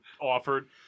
offered